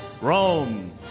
Rome